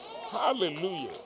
Hallelujah